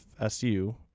FSU